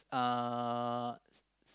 uh